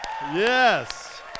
Yes